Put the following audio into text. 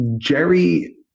Jerry